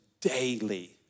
daily